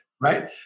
Right